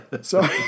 Sorry